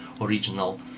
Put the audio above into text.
original